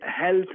health